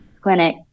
clinic